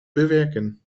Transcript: bewerken